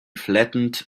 flattened